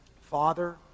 Father